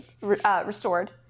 restored